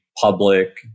public